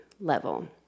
level